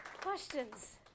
Questions